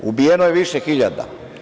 Ubijeno je više hiljada.